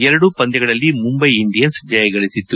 ಎರಡೂ ಪಂದ್ಭಗಳಲ್ಲಿ ಮುಂಬೈ ಇಂಡಿಯನ್ಸ್ ಜಯ ಗಳಿಸಿತ್ತು